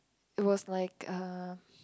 it was like uh